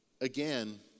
Again